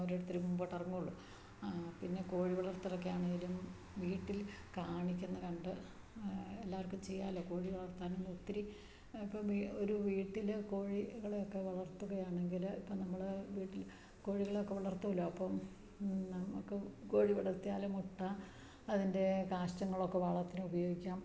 ഓരോരുത്തരും മുമ്പോട്ടിറങ്ങുകയുള്ളു പിന്നെ കോഴി വളർത്തലൊക്കെ ആണേലും വീട്ടിൽ കാണിക്കുന്നതുകണ്ട് എല്ലാവർക്കും ചെയ്യാമല്ലോ കോഴി വളർത്താനും ഒത്തിരി ഇപ്പോള് ഒരു വീട്ടില് കോഴികളെയൊക്കെ വളർത്തുകയാണെങ്കില് ഇപ്പോള് നമ്മള് വീട്ടിൽ കോഴികളൊക്കെ വളർത്തുമല്ലോ അപ്പോള് നമുക്ക് കോഴി വളർത്തിയാലും മുട്ട അതിൻ്റെ കാഷ്ടങ്ങളൊക്കെ വളത്തിന് ഉപയോഗിക്കാം